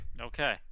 Okay